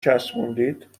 چسبوندید